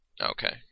Okay